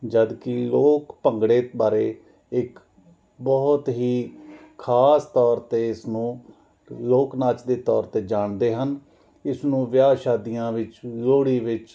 ਜਦੋਂ ਕਿ ਲੋਕ ਭੰਗੜੇ ਬਾਰੇ ਇੱਕ ਬਹੁਤ ਹੀ ਖਾਸ ਤੌਰ 'ਤੇ ਇਸ ਨੂੰ ਲੋਕ ਨਾਚ ਦੇ ਤੌਰ 'ਤੇ ਜਾਣਦੇ ਹਨ ਇਸ ਨੂੰ ਵਿਆਹ ਸ਼ਾਦੀਆਂ ਵਿੱਚ ਲੋਹੜੀ ਵਿੱਚ